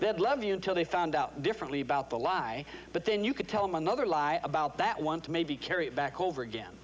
bed love you until they found out differently about the lie but then you could tell me another lie about that one to maybe carry it back over again